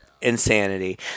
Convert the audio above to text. insanity